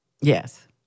Yes